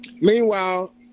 Meanwhile